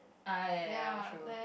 ah ya ya true